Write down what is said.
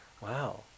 Wow